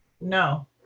No